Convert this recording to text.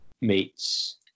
meets